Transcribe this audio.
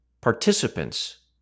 participants